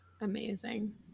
amazing